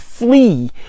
Flee